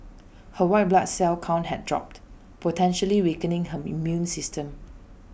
her white blood cell count had dropped potentially weakening her immune system